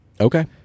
Okay